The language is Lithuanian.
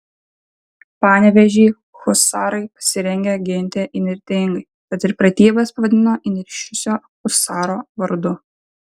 panevėžį husarai pasirengę ginti įnirtingai tad ir pratybas pavadino įniršusio husaro vardu